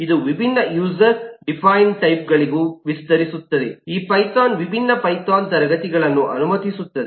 ಇದು ವಿಭಿನ್ನ user defined type ಗಳಿಗೂ ವಿಸ್ತರಿಸುತ್ತದೆ ಆ ಪೈಥಾನ್ ವಿಭಿನ್ನ ಪೈಥಾನ್ ತರಗತಿ ಗಳನ್ನು ಅನುಮತಿಸುತ್ತದೆ